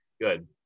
Good